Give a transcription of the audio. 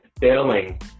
failing